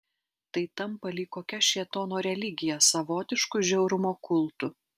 tai tampa lyg kokia šėtono religija savotišku žiaurumo kultu